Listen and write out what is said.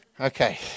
Okay